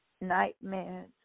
nightmares